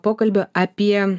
pokalbio apie